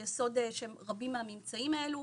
שהם ביסוד רבים מהממצאים האלו.